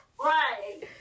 right